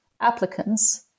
applicants